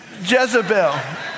Jezebel